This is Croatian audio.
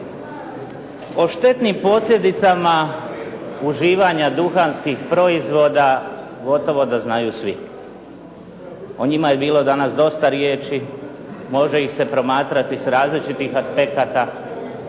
O štetnim posljedicama uživanja duhanskih proizvoda gotovo da znaju svi, o njima je bilo danas dosta riječi, može ih se promatrati s različitih aspekata,